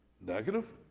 Negative